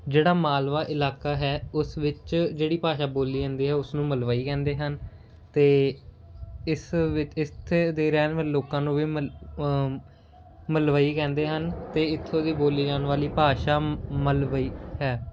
ਜਿਹੜਾ ਮਾਲਵਾ ਇਲਾਕਾ ਹੈ ਉਸ ਵਿੱਚ ਜਿਹੜੀ ਭਾਸ਼ਾ ਬੋਲੀ ਜਾਂਦੀ ਹੈ ਉਸਨੂੰ ਮਲਵਈ ਕਹਿੰਦੇ ਹਨ ਅਤੇ ਇਸ ਵਿਚ ਇਸ ਇੱਥੇ ਦੇ ਰਹਿਣ ਵਾਲੇ ਲੋਕਾਂ ਨੂੰ ਵੀ ਮਲ ਮਲਵਈ ਕਹਿੰਦੇ ਹਨ ਅਤੇ ਇੱਥੋਂ ਦੀ ਬੋਲੀ ਜਾਣ ਵਾਲੀ ਭਾਸ਼ਾ ਮ ਮਲਵਈ ਹੈ